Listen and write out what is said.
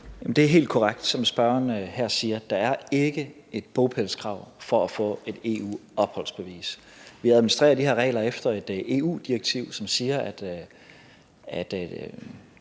Det er helt korrekt, som spørgeren her siger: Der er ikke et bopælskrav for at få et EU-opholdsbevis. Vi administrerer de her regler efter et EU-direktiv, som siger, at